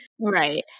Right